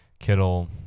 Kittle